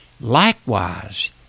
likewise